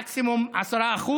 מקסימום 10%,